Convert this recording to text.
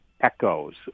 echoes